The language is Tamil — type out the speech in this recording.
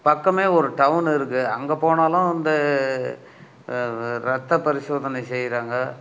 பக்கமே ஒரு டவுன் இருக்கு அங்கே போனாலும் இந்த ரத்தப்பரிசோதனை செய்யறாங்க